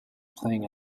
playing